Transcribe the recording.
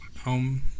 home